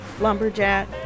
lumberjack